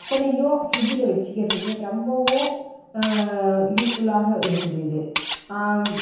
அத்தனையும் ஃப்ரிட்ஜில் வச்சுக்கிறதுக்கு ரொம்பவும் யூஸ்ஃபுல்லாக இருக்குது இது